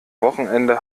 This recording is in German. wochenende